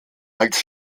als